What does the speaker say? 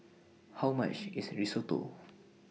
How much IS Risotto